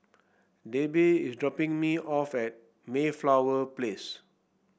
Debbie is dropping me off at Mayflower Place